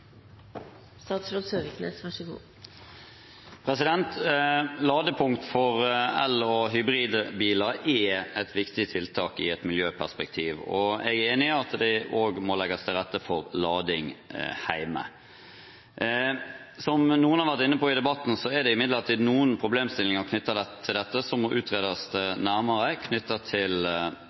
for el- og hybridbiler er et viktig tiltak i et miljøperspektiv. Jeg er enig i at det også må legges til rette for lading hjemme. Som noen har vært inne på i debatten, er det imidlertid her noen problemstillinger som må utredes nærmere, som